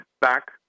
Back—